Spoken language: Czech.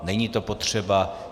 Není to potřeba.